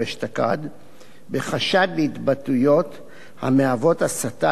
בחשד להתבטאויות המהוות הסתה לגזענות מצד הרב,